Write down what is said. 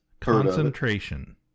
Concentration